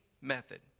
method